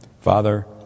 Father